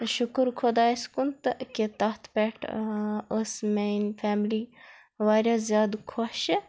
شُکر خۄدایس کُن تہٕ کہِ تتھ پیٹھ ٲس میٲنۍ فیملی واریاہ زِیادٕ خۄشہِ